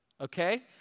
okay